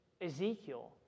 Ezekiel